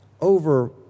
over